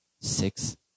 six